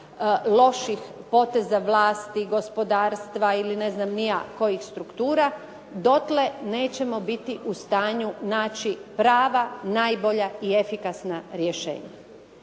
loših poteza vlasti, gospodarstva ili ne znam ni ja kojih struktura, dotle nećemo biti u stanju naći prava, najbolja i efikasna rješenja